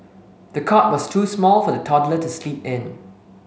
the cot was too small for the toddler to sleep in